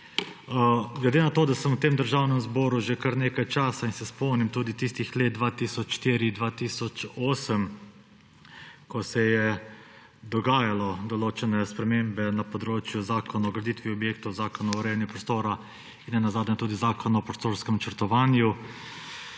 Glede na to, da sem v Državnem zboru že kar nekaj časa in se spomnim tudi tistih let 2004–2008, ko so se dogajale določene spremembe na področju Zakona o graditvi objektov, Zakona o urejanju prostora in nenazadnje tudi Zakona o prostorskem načrtovanju,